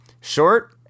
short